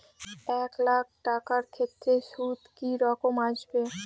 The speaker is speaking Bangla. এক লাখ টাকার ক্ষেত্রে সুদ কি রকম আসবে?